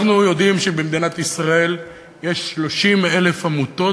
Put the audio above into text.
אנחנו יודעים שבמדינת ישראל יש 30,000 עמותות,